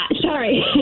Sorry